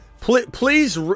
Please